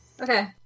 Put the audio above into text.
okay